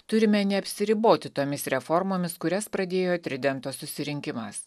turime neapsiriboti tomis reformomis kurias pradėjo tridento susirinkimas